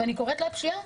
ואני קוראת לה פשיעה,